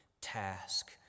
task